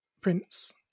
Prince